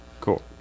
cool